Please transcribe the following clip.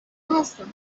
هستم